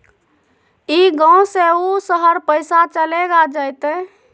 ई गांव से ऊ शहर पैसा चलेगा जयते?